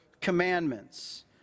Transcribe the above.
commandments